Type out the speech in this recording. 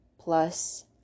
plus